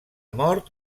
mort